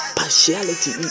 partiality